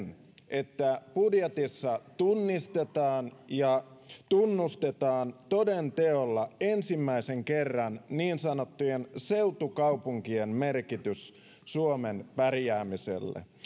että budjetissa tunnistetaan ja tunnustetaan toden teolla ensimmäisen kerran niin sanottujen seutukaupunkien merkitys suomen pärjäämiselle